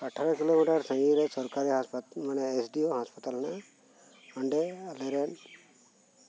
ᱟᱴᱷᱮᱨᱚ ᱠᱤᱞᱳᱢᱤᱴᱟᱨ ᱥᱟᱸᱜᱤᱧ ᱨᱮ ᱥᱚᱨᱠᱟᱨᱤ ᱦᱟᱥᱯᱟᱛᱟᱞ ᱢᱟᱱᱮ ᱮᱥ ᱰᱤ ᱳ ᱦᱟᱥᱯᱟᱛᱟᱞ ᱢᱮᱱᱟᱜᱼᱟ ᱚᱸᱰᱮ ᱟᱞᱮ ᱨᱮᱱ